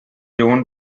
owned